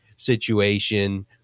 situation